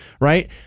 right